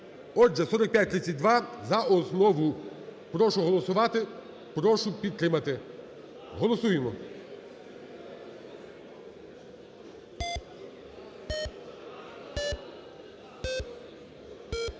Отже, 4532 за основу. Прошу голосувати, прошу підтримати. Голосуємо.